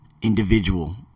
individual